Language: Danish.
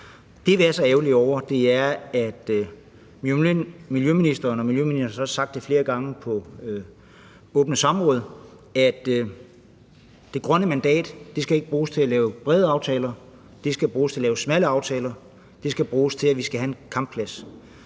Det, vi er så ærgerlige over, er, at miljøministeren, og miljøministeren har også sagt det flere gange på åbne samråd, siger, at det grønne mandat ikke skal bruges til at lave brede aftaler, det skal bruges til at lave smalle aftaler, det skal bruges til, at vi skal have en kampplads.